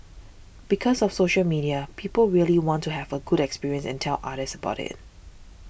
because of social media people really want to have a good experience and tell others about it